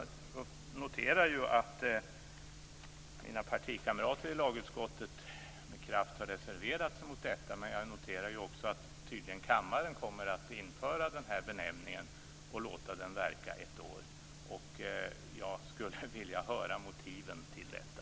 Jag noterar att mina partikamrater i lagutskottet med kraft har reserverat sig mot detta, men jag konstaterar också att kammaren tydligen kommer att införa den här benämningen och låta den tillämpas i ett år. Jag skulle vilja höra motiven för detta.